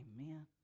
Amen